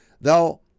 thou